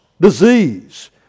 Disease